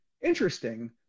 interesting